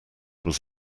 was